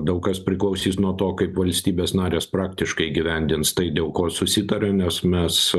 daug kas priklausys nuo to kaip valstybės narės praktiškai įgyvendins tai dėl ko susitarė nes mes